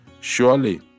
Surely